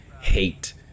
hate